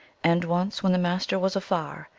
and once, when the master was afar,